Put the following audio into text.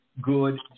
good